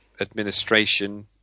administration